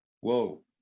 Whoa